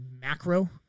macro